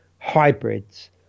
hybrids